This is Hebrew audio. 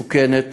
מסוכנת,